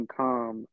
calm